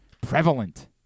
prevalent